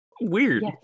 Weird